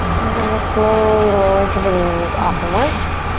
and then we'll slowly lower to the knees. awesome work.